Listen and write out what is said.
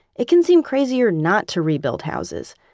it can seem crazier not to rebuild houses,